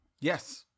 Yes